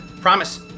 Promise